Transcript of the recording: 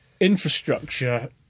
infrastructure